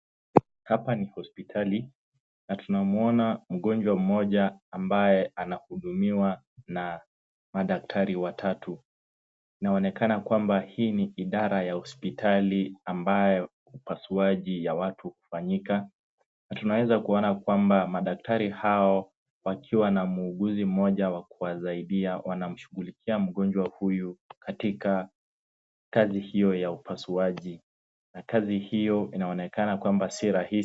Hapa ni hospitali na tunamuona mgonjwa mmoja ambaye anahudumiwa na madaktari watatu. Inaonekana kwamba hii ni idara ya hospitali ambayo upasuaji ya watu hufanyika. Na tunaweza kuona kwamba madaktari hao wakiwa na muuguzi mmoja wa kuwasaidia. Wanamshughulikia mgonjwa huyu katika kazi hiyo ya upasuaji. Na kazi hiyo inaonekana kwamba sio rahisi.